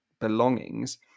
belongings